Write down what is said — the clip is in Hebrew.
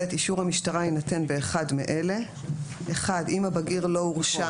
(ב) אישור המשטרה יינתן באחד מאלה: אם הבגיר לא הורשע